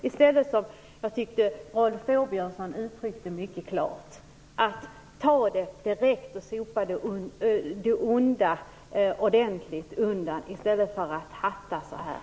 I stället - jag tyckte att Rolf Åbjörnsson uttryckte det mycket klart - borde man ta det direkt och sopa undan det onda ordentligt i stället för att hatta så här.